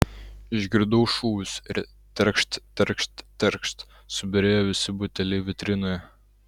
išgirdau šūvius ir terkšt terkšt terkšt subyrėjo visi buteliai vitrinoje